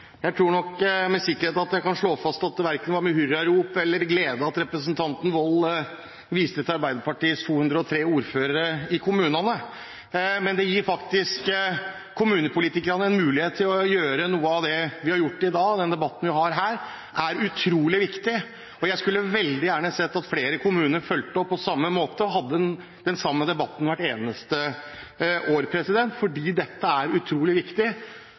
Jeg tror med sikkerhet jeg kan slå fast at det verken var med hurrarop eller glede at representanten Wold viste til Arbeiderpartiets 203 ordførere i kommunene. Men det gir faktisk kommunepolitikerne en mulighet til å gjøre noe av det vi har gjort i dag. Den debatten vi har her, er utrolig viktig. Jeg skulle veldig gjerne sett at flere kommuner fulgte opp på samme måte og hadde den samme debatten hvert eneste år, fordi dette er utrolig viktig